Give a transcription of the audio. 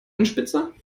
anspitzer